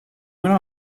went